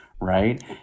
Right